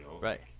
Right